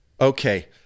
Okay